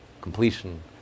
completion